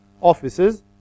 offices